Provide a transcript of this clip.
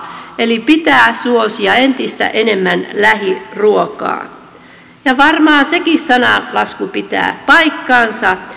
eli pitää suosia entistä enemmän lähiruokaa varmaan sekin sananlasku pitää paikkansa